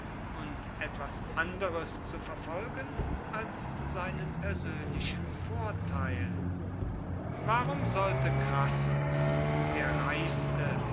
und etwas anderes zu verfolgen als seinen persönlichen vorteil warum sollte crassus der reichste